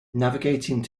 navigating